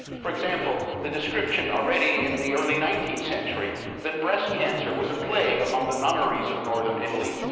for example, the description already in the early nineteenth century that breast cancer was a plague among the nunneries of northern italy,